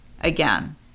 again